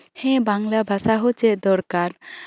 ᱦᱮᱸ ᱵᱟᱝᱞᱟ ᱵᱷᱟᱥᱟ ᱦᱚᱸ ᱪᱮᱫ ᱫᱚᱨᱠᱟᱨ